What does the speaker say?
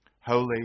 holy